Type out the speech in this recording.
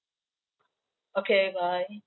okay bye